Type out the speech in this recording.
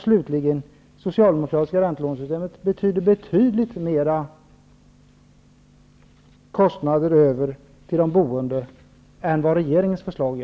Slutligen: Med det socialdemokratiska räntelånesystemet läggs betydligt mer kostnader på de boende än med regeringens förslag.